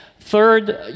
Third